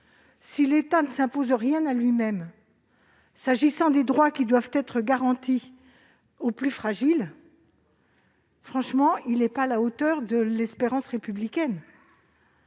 Si l'État ne s'impose rien à lui-même en matière de droits devant être garantis aux plus fragiles, il n'est pas à la hauteur de l'espérance républicaine